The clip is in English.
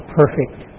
perfect